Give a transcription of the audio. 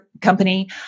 company